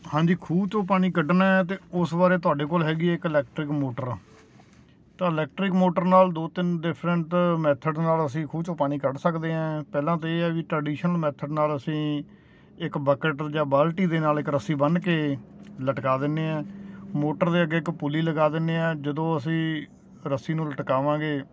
ਹਾਂਜੀ ਖੂਹ 'ਚੋ ਪਾਣੀ ਕੱਢਣਾ ਤਾਂ ਉਸ ਬਾਰੇ ਤੁਹਾਡੇ ਕੋਲ ਹੈਗੀ ਇੱਕ ਇਲੈਕਟਰਿਕ ਮੋਟਰ ਤਾਂ ਇਲੈਕਟਰਿਕ ਮੋਟਰ ਨਾਲ ਦੋ ਤਿੰਨ ਡਿਫਰੈਂਟ ਮੈਥਡ ਨਾਲ ਅਸੀਂ ਖੂਹ 'ਚੋਂ ਪਾਣੀ ਕੱਢ ਸਕਦੇ ਹਾਂ ਪਹਿਲਾਂ ਤਾਂ ਇਹ ਹੈ ਵੀ ਟਰਡੀਸ਼ਨ ਮੈਥਡ ਨਾਲ ਅਸੀਂ ਇੱਕ ਬਕਟ ਜਾਂ ਬਾਲਟੀ ਦੇ ਨਾਲ ਇੱਕ ਰੱਸੀ ਬੰਨ ਕੇ ਲਟਕਾ ਦਿੰਨੇ ਆ ਮੋਟਰ ਦੇ ਅੱਗੇ ਇੱਕ ਪੁਲੀ ਲਗਾ ਦਿੰਨੇ ਆ ਜਦੋਂ ਅਸੀਂ ਰੱਸੀ ਨੂੰ ਲਟਕਾਵਾਂਗੇ